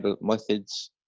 methods